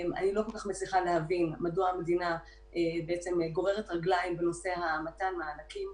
אני לא כל כך מצליחה להבין מדוע המדינה גוררת רגליים בנושא מתן המענקים.